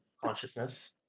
consciousness